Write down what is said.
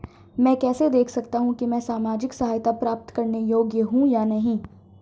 मैं कैसे देख सकता हूं कि मैं सामाजिक सहायता प्राप्त करने योग्य हूं या नहीं?